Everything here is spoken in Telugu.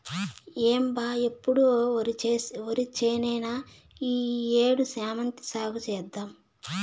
ఏం బా ఎప్పుడు ఒరిచేనేనా ఈ ఏడు శామంతి సాగు చేద్దాము